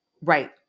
Right